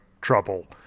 trouble